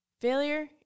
Failure